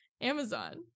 Amazon